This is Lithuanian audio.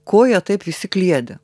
ko jie taip visi kliedi